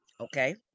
okay